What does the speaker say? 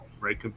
right